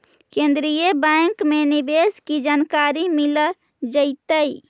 केन्द्रीय बैंक में निवेश की जानकारी मिल जतई